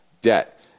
debt